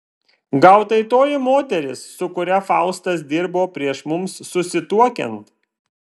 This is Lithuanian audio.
gal tai toji moteris su kuria faustas dirbo prieš mums susituokiant